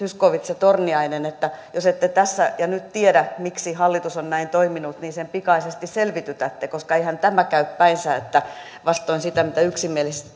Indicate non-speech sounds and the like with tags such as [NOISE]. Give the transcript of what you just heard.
[UNINTELLIGIBLE] zyskowicz ja torniainen jos ette tässä ja nyt tiedä miksi hallitus on näin toiminut niin sen pikaisesti selvitytätte koska eihän tämä käy päinsä että vastoin sitä mitä yksimielisesti [UNINTELLIGIBLE]